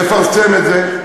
לפרסם את זה.